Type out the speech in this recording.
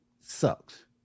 sucks